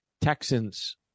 Texans